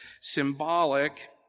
symbolic